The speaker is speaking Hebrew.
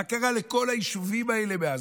מה קרה לכל היישובים האלה מאז?